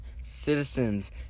citizens